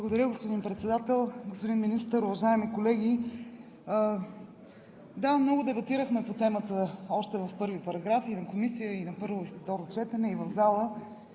Благодаря, господин Председател. Господин Министър, уважаеми колеги! Да, много дебатирахме по темата още в първи параграф – и в Комисията, на първо и второ четене, и в залата.